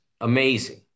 amazing